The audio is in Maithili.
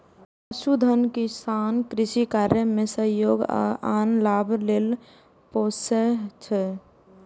पशुधन किसान कृषि कार्य मे सहयोग आ आन लाभ लेल पोसय छै